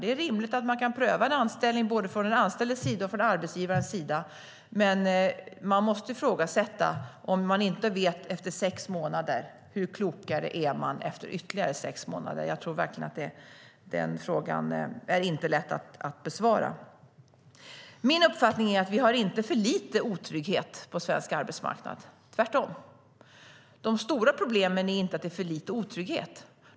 Det är rimligt både från den anställdes sida och från arbetsgivarens sida att man kan pröva en anställning, men man måste ifrågasätta om de ska förlängas. Om man inte vet efter sex månader, hur mycket klokare är man då efter ytterligare sex månader? Min uppfattning är att vi inte har för lite otrygghet på svensk arbetsmarknad, tvärtom. De stora problemen är inte att det är för lite otrygghet.